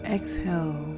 Exhale